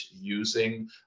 using